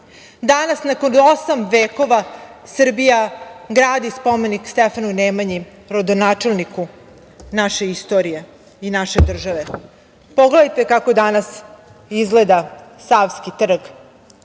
danas nakon osam vekova Srbija gradi spomenik Stefanu Nemanji, rodonačelniku naše istorije i naše države. Pogledajte, kako danas izgleda Savski trg?